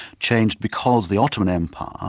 changed because the ottoman empire,